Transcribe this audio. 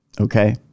Okay